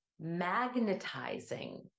magnetizing